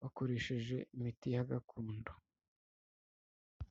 bakoresheje imiti y gakondo.